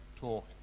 talk